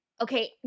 okay